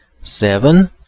seven